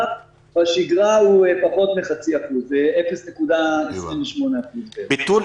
בשגרה הוא פחות מחצי אחוז 0.28%. ביטול,